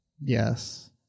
Yes